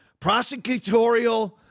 prosecutorial